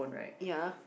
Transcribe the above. ya